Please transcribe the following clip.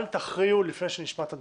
אל תכריעו לפני שנשמע את הדברים.